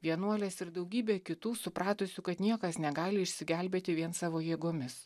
vienuolės ir daugybė kitų supratusių kad niekas negali išsigelbėti vien savo jėgomis